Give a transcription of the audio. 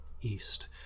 east